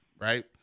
right